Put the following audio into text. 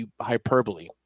hyperbole